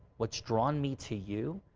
what's drawn me to you.